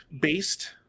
based